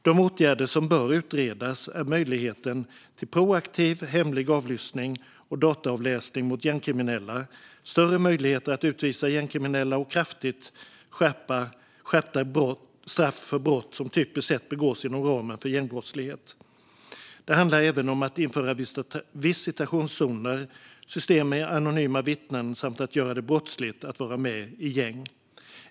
De åtgärder som bör utredas är möjligheten till proaktiv hemlig avlyssning och dataavläsning mot gängkriminella, större möjligheter att utvisa gängkriminella och kraftigt skärpta straff för brott som typiskt sett begås inom ramen för gängbrottslighet. Det handlar även om att införa visitationszoner och system med anonyma vittnen och att göra det brottsligt att vara med i gäng.